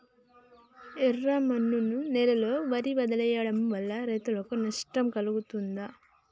ఎర్రమన్ను నేలలో వరి వదిలివేయడం వల్ల రైతులకు నష్టం కలుగుతదా?